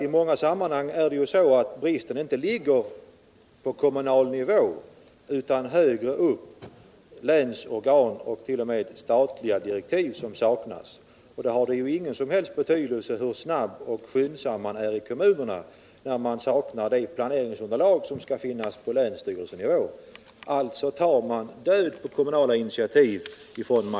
I många fall ligger ju inte bristen på kommunal nivå utan högre upp t.ex. hos länsorgan — det kan t.o.m. vara statliga direktiv som saknas. Det har ju ingen som helst betydelse hur skyndsam kommunen är när planeringsunderlag som skall finnas på länsstyrelsenivå saknas. Alltså tar utskottsmajoriteten död på kommunala initiativ.